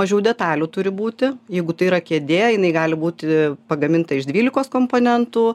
mažiau detalių turi būti jeigu tai yra kėdė jinai gali būti pagaminta iš dvylikos komponentų